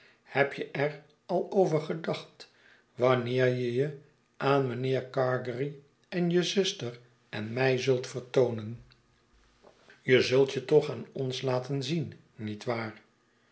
heb je er al over gedacht wanneer je je aan mijnheer gargery en je zuster en mij zult vertoonen je zult je toch aan ons laten zien niet waar